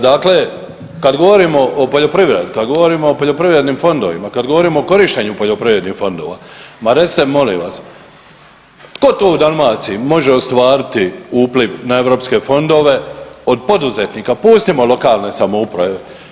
Dakle, kad govorimo o poljoprivredi, kad govorimo o poljoprivrednim fondova, kad govorimo o korištenju poljoprivrednih fondova, ma recite molim vas tko to u Dalmaciji može ostvariti na europske fondove od poduzetnika, pustimo lokalne samouprave.